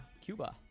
Cuba